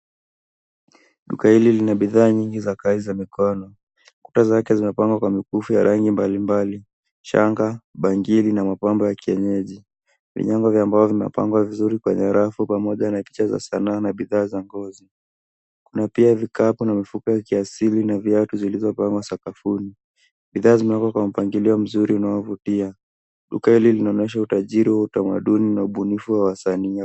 Duka hili lina bidhaa nyingi za kazi za mikono, kuta zake zapangwa kwa mikufu ya rangi mbalimbali. Shanga, bangili na mapambo ya kienyeji. Vinyago hivyo ambavyo vimepangwa vizuri kwenye rafu, pamoja na kicheza sanaa na bidhaa za ngozi na pia vikapu na mifuko ya kiasili na viatu zilizopangwa sakafuni. Bidhaa zimewekwa kwa mpangilio mzuri unaovutia. Duka hili linaonyesha utajiri au utamaduni na ubunifu wa wasanii.